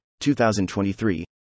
2023